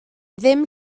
ddim